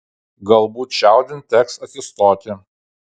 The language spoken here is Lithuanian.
galbūt čiaudint teks atsistoti